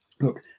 look